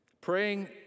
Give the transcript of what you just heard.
Praying